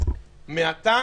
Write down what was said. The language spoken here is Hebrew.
מעתה